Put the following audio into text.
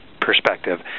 perspective